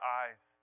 eyes